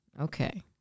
Okay